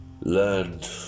Learned